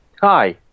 hi